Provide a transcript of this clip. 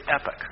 epic